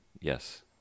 yes